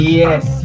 yes